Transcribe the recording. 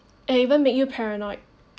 and even make you paranoid